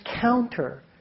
counter